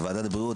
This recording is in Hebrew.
ועדת הבריאות,